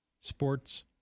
sports